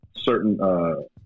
certain